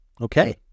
Okay